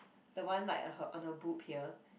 the one like her on her boob here